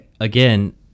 again